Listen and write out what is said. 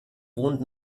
wohnt